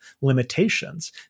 limitations